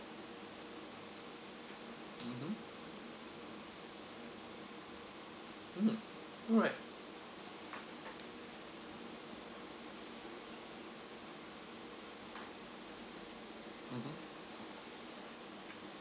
mmhmm mm alright